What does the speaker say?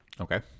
Okay